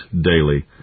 daily